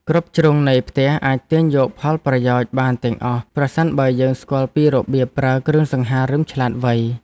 គ្រប់ជ្រុងនៃផ្ទះអាចទាញយកផលប្រយោជន៍បានទាំងអស់ប្រសិនបើយើងស្គាល់ពីរបៀបប្រើគ្រឿងសង្ហារិមឆ្លាតវៃ។